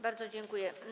Bardzo dziękuję.